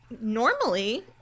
normally